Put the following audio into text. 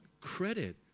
credit